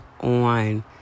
on